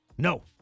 No